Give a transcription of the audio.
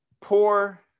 poor